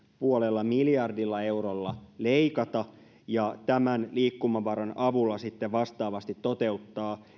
puolella miljardilla eurolla leikata ja tämän liikkumavaran avulla sitten vastaavasti toteuttaa